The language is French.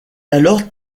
alors